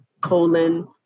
colon